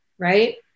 right